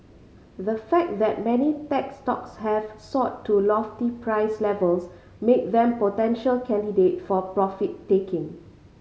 the fact that many tech stocks have soared to lofty price levels make them potential candidate for profit taking